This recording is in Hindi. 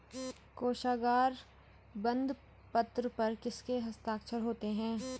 कोशागार बंदपत्र पर किसके हस्ताक्षर होते हैं?